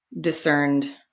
discerned